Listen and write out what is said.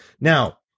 Now